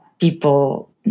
people